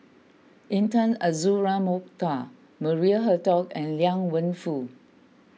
Intan Azura Mokhtar Maria Hertogh and Liang Wenfu